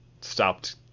stopped